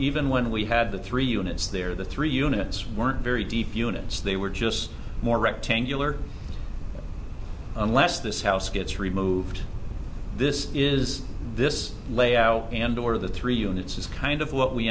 even when we had the three units there the three units weren't very deep units they were just more rectangular unless this house gets removed this is this layout and or the three units is kind of what we